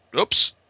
Oops